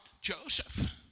Joseph